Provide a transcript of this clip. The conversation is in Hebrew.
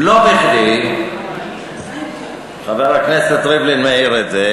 לא בכדי חבר הכנסת ריבלין מעיר את זה,